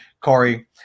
Corey